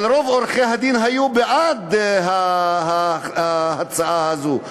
אבל רוב עורכי-הדין היו בעד ההצעה הזאת.